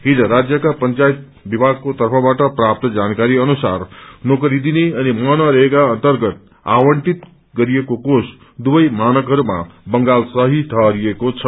हिज राज्यका पंचायत विभागको तर्फबाट प्राप्त जानकारी अनुसार नोकरी दिने अनि मनरेगा अक्र्गत आवण्टित गरिएको कोष दुवै मानकहरूमा बंगाल सही ठहरिएको छ